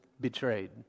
betrayed